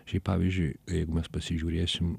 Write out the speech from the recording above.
šiaip pavyzdžiui jeigu mes pasižiūrėsim